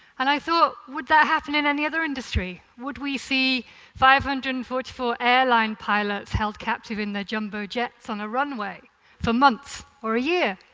and i thought, would that happen in any other industry? would we see five hundred and forty four airline pilots held captive in their jumbo jets on a runway for months, or a year?